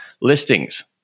listings